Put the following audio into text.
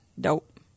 dope